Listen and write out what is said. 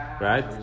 Right